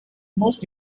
most